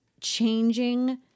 Changing